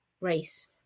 race